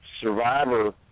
Survivor